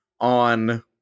on